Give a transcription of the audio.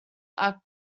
are